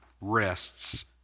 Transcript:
rests